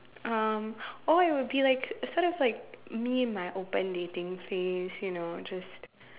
um or it would be like sort of like me in my open dating phase you know just